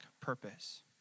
purpose